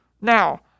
Now